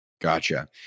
Gotcha